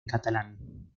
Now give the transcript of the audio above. catalán